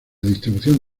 distribución